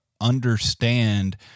understand